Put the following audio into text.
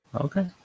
Okay